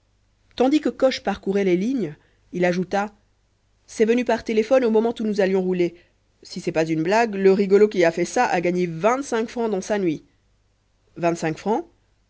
tandis que coche parcourait les lignes il ajouta c'est venu par téléphone au moment où nous allions rouler si c'est pas une blague le rigolo qui a fait ça a gagné vingt-cinq francs dans sa nuit vingt-cinq francs